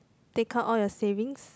take out all your savings